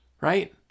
Right